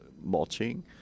mulching